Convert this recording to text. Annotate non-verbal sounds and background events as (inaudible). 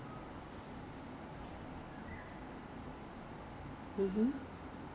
so within these five days 你 just 尽管买 lor (laughs) so six months is forty nine